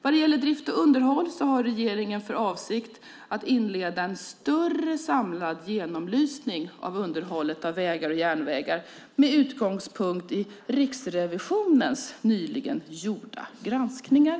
Vad gäller drift och underhåll har regeringen för avsikt att inleda en större samlad genomlysning av underhållet av vägar och järnvägar, med utgångspunkt i Riksrevisionens nyligen gjorda granskningar.